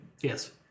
Yes